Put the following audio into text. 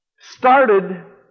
started